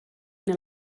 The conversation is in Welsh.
neu